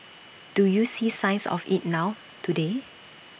do you see signs of IT now today